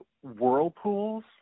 whirlpools